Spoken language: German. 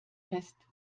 fest